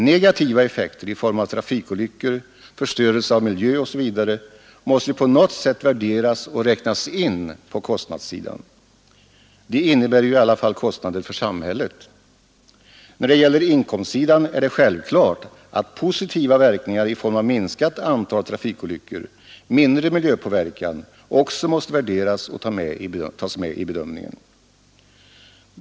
Negativa effekter i form av trafikolyckor, förstörelse av miljö osv. måste på något sätt värderas och räknas in på kostnadssidan. De innebär ju kostnader för samhället. När det gäller inkomstsidan är det självklart att positiva verkningar i form av minskat antal trafikolyckor och mindre miljöförstörelse också måste värderas och tas med i bedömningen.